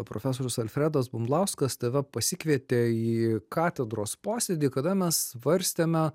profesorius alfredas bumblauskas tave pasikvietė į katedros posėdį kada mes varstėme